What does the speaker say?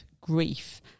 grief